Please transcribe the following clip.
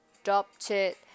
adopted